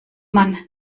man